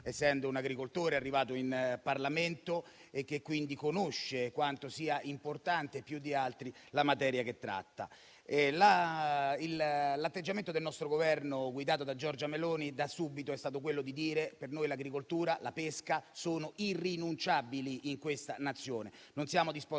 essendo un agricoltore arrivato in Parlamento e quindi conoscendo più di altri quanto sia importante la materia che tratta. L'atteggiamento del nostro Governo, guidato da Giorgia Meloni, da subito è stato quello di dire che per noi l'agricoltura e la pesca sono irrinunciabili in questa Nazione.